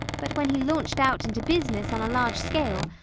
but when he launched out into business on a large scale,